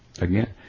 Again